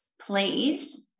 pleased